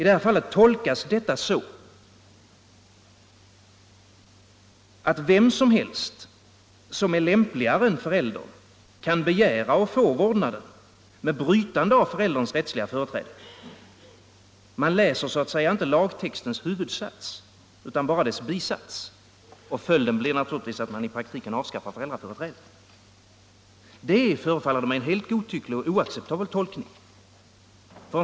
Detta tolkas så att vem som helst som är lämpligare än föräldern kan begära och få vårdnaden med brytande av förälderns rättsliga företräde. Man läser alltså inte lagtextens huvudsats, utan endast dess bisats. Följden blir att man i praktiken avskaffar föräldraföreträdet. Detta är en helt godtycklig och oacceptabel tolkning.